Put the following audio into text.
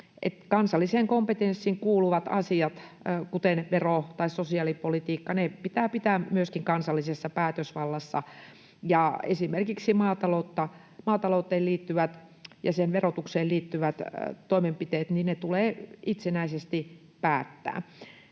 kansalliseen kompetenssiin kuuluvat asiat, kuten vero- tai sosiaalipolitiikka, pitää pitää myöskin kansallisessa päätösvallassa ja esimerkiksi maatalouden verotukseen liittyvistä toimenpiteistä tulee itsenäisesti päättää.